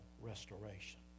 restoration